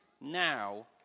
now